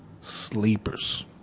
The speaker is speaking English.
sleepers